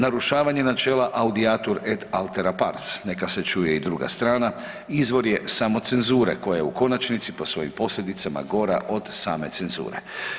Narušavanje načela Audiatur et altera pars, neka se čuje i druga strana izvor je samo cenzure, koja je u konačnici po svojim posljedicama gora od same cenzure.